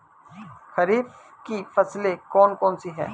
खरीफ की फसलें कौन कौन सी हैं?